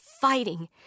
fighting